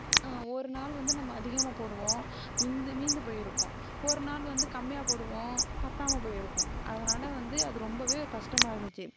ஒரு நாள் வந்து நம்ம அதிகமாக போடுவோம் மீந்து மீந்து போயிருக்கும் ஒரு நாள் வந்து கம்மியாக போடுவோம் பற்றாம போயிருக்கும் அதனால் வந்து அது ரொம்பவே கஷ்டமாக இருந்துச்சு